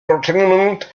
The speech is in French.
entertainment